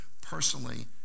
personally